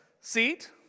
seat